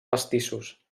pastissos